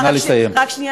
נא לסיים.